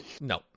No